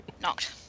Knocked